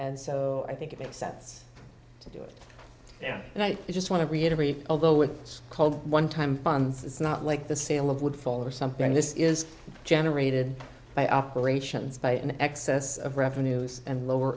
and so i think it sets to do it and i just want to reiterate although if it's called one time funds it's not like the sale of would fall or something this is generated by operations by an excess of revenues and lower